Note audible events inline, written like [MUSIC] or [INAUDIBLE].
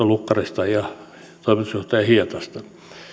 [UNINTELLIGIBLE] lukkaroista ja toimitusjohtaja hietasta